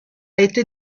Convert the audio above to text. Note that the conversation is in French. été